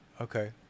okay